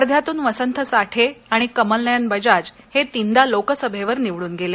वर्ध्यातून वसंत साठे आणि कमलनयन बजाज हे तीनदा लोकसभेवर निवडून गेले